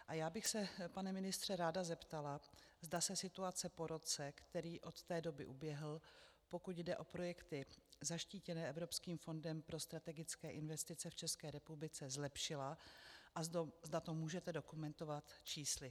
A já bych se, pane ministře, ráda zeptala, zda se situace po roce, který od té doby uběhl, pokud jde o projekty zaštítěné Evropským fondem pro strategické investice v České republice, zlepšila a zda to můžete dokumentovat čísly.